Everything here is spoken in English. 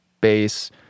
bass